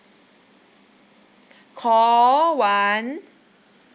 call one